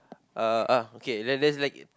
uh ah okay let's let's like